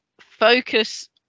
focus